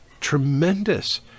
tremendous